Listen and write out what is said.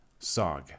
SOG